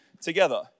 together